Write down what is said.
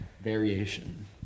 Variation